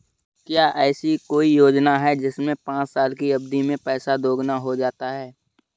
क्या ऐसी कोई योजना है जिसमें पाँच साल की अवधि में पैसा दोगुना हो जाता है?